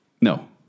No